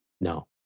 No